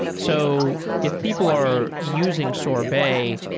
so if people are using sorbet,